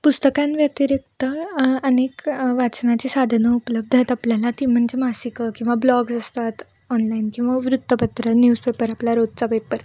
पुस्तकांव्यतिरिक्त अनेक वाचनाची साधनं उपलब्ध आहेत आपल्याला ती म्हणजे मासिकं किंवा ब्लॉग्स असतात ऑनलाईन किंवा वृत्तपत्रं न्यूजपेपर आपला रोजचा पेपर